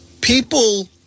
people